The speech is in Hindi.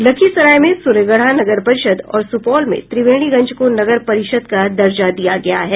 लखीसराय में सूर्यगढ़ा नगर परिषद और सुपौल में त्रिवेणीगंज को नगर परिषद का दर्जा दिया गया है